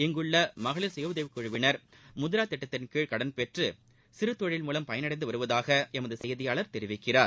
இங்குள்ள மகளிர் சுய உதவிக் குழுவினர் முத்ரா திட்டத்தின் கீழ் கடன் பெற்று சிறுதொழில் மூலம் பயனடைந்து வருவதாக எமது செய்தியாளர் தெரிவிக்கிறார்